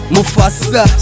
Mufasa